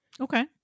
Okay